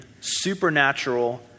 supernatural